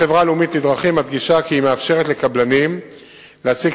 החברה הלאומית לדרכים מדגישה כי היא מאפשרת לקבלנים להציג